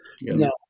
No